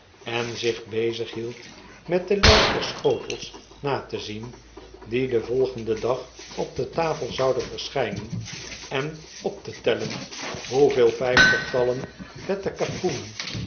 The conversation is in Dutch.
en zich bezighield met de lyst der schotels na te zien die den volgenden dag op de tafel zouden verschynen en op te tellen hoeveelvyftigtallen vette kapoenen